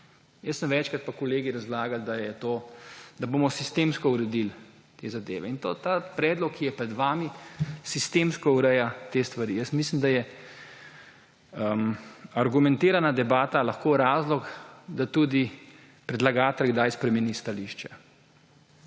Jaz sem večkrat in kolegi razlagali, da je to, da bomo sistemsko uredili te zadeve in ta predlog, ki je pred vami, sistemsko ureja te stvari. Jaz mislim, da je argumentirana debata lahko razlog, da tudi predlagatelj kdaj spremeni stališče.